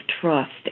trust